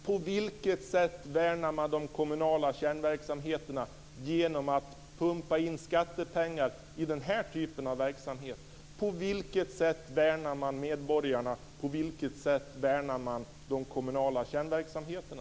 På vilket sätt värnar man de kommunala kärnverksamheterna genom att pumpa in skattepengar i den här typen av verksamhet? På vilket sätt värnar man alltså medborgarna och de kommunala kärnverksamheterna?